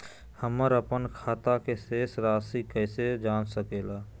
हमर अपन खाता के शेष रासि कैसे जान सके ला?